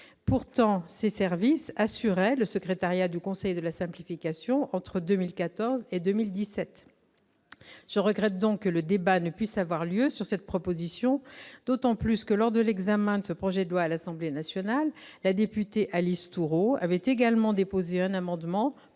pourtant ces services, assurait le secrétariat du Conseil de la simplification entre 2014 et 2017 je regrette donc que le débat ne puisse avoir lieu sur cette proposition d'autant plus que lors de l'examen de ce projet de loi à l'Assemblée nationale, la députée Alice Toorop avait également déposé un amendement